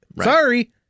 Sorry